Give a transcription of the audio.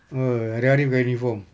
!oi! hari hari pakai uniform